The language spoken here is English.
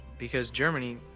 because germany,